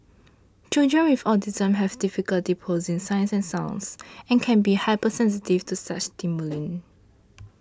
children with autism have difficulty processing sights and sounds and can be hypersensitive to such stimuli